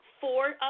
four